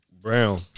brown